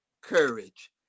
courage